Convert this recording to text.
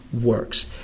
works